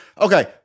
Okay